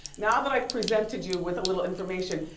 now that i've presented you with a little information,